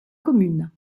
commune